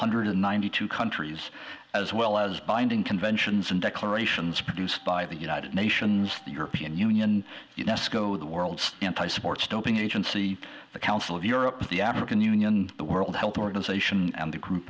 hundred ninety two countries as well as binding conventions and declarations produced by the united nations the european union sco the world's anti sports doping agency the council of europe the african union the world health organization and the group